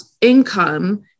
income